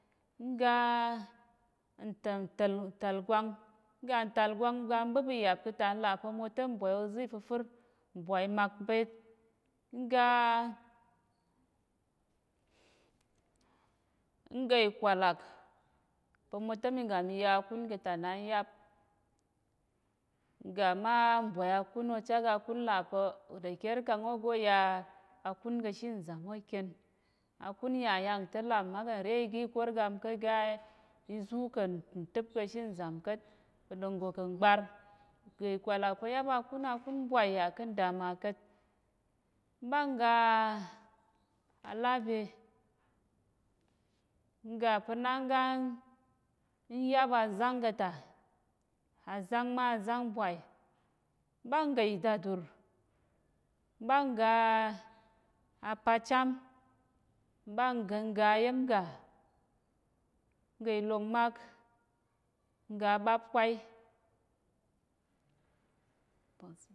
N ga ntalgwang, n ga ntalgwang n ga n ɓəp ìyap ka̱ ta, n là mwo te mwai oza̱ ifəfə́r. Mbwai mak byét. n ga ìkwalàk, pa̱ mwo te mi ga mi ya akún ka̱ ta na n yáp. N ga ma mbwai akún ocha ga kún là pa̱ de kyér kang ogo ó ya akún ka̱ she nzam ó kyen, akún yà nyang te làm mma kà̱ nre oga ikórgam ká̱ oga izú ka̱ ka̱ ntə́p ka̱ she nzam ka̱t, uda nggo kà̱ ngbar. N ga ìkwalàk pa̱ n yáp akún akún bwai yà ká̱ adama ka̱t. M ɓa n ga alábe n ga pa̱ na n ga n yáp azáng ka̱ ta, azáng má azáng bwai. M ɓa n ga ìdadur m ɓa n ga apachám. n ga ìlokmak, n ga aɓapkwai.